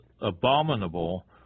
abominable